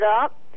up